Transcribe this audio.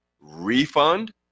refund